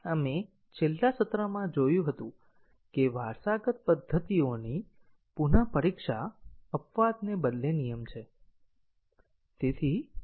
આપણે છેલ્લા સત્રમાં જોયું હતું કે વારસાગત પદ્ધતિઓની પુનestપરીક્ષા અપવાદને બદલે નિયમ છે